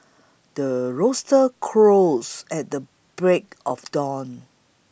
the rooster crows at the break of dawn